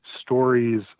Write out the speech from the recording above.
stories